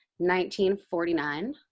1949